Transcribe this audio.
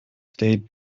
stayed